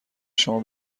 شما